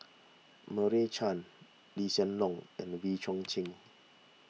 Meira Chand Lee Hsien Loong and Wee Chong Jin